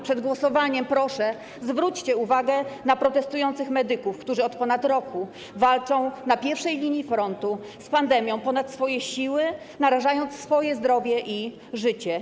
Przed głosowaniem, proszę, zwróćcie uwagę na protestujących medyków, którzy od ponad roku walczą na pierwszej linii frontu z pandemią ponad swoje siły, narażając swoje zdrowie i życie.